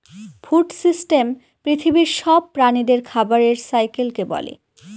food system পৃথিবীর সব প্রাণীদের খাবারের সাইকেলকে বলে